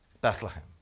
Bethlehem